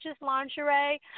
lingerie